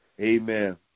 Amen